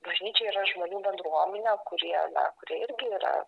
bažnyčia yra žmonių bendruomenė kurie na kuri irgi yra